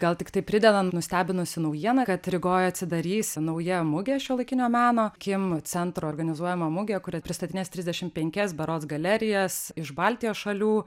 gal tiktai pridedant nustebinusi naujiena kad rygoj atsidarys nauja mugė šiuolaikinio meno kim centro organizuojama mugė kurio pristatinės trisdešim penkias berods galerijas iš baltijos šalių